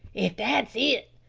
if that's it,